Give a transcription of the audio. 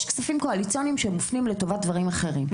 יש כספים קואליציוניים שמופנים לטובת דברים אחרים.